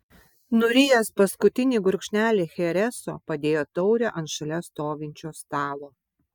nurijęs paskutinį gurkšnelį chereso padėjo taurę ant šalia stovinčio stalo